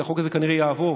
כי החוק הזה כנראה יעבור,